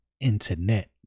Internet